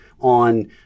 on